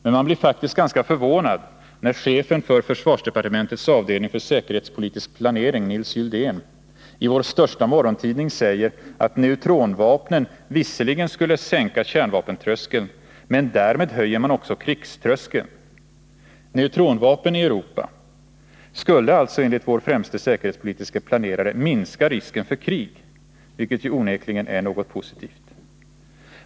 Men man blir faktiskt ganska förvånad när chefen för försvarsdepartementets avdelning för säkerhetspolitisk planering, Nils Gyldén, i vår största morgontidning säger att neutronvapen visserligen skulle sänka kärnvapentröskeln, men att man därmed också höjer krigströskeln. Neutronvapen i Europa skulle alltså enligt vår främsta säkerhetspolitiska planerare minska risken för krig, vilket onekligen är något positivt.